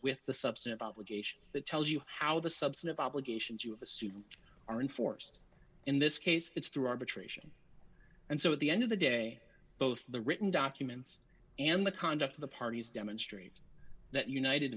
with the substance obligation that tells you how the subset of obligations you have assumed are enforced in this case it's through arbitration and so at the end of the day both the written documents and the conduct of the parties demonstrate that united